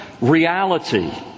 reality